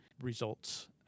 results